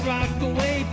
Rockaway